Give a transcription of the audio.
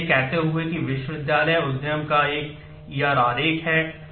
इसलिए यह कहते हुए कि यह विश्वविद्यालय उद्यम का एक E R आरेख है